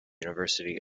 university